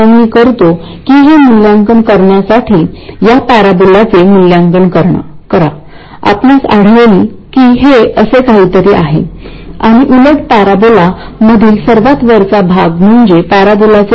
जर current factor लहान असेल तर ते देखील अधिक मोठे होईल